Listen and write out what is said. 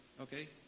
Okay